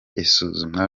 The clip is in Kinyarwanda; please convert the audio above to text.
isuzumwa